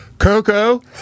Coco